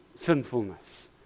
sinfulness